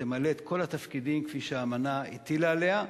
שתמלא את כל התפקידים כפי שהאמנה הטילה עליה.